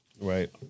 Right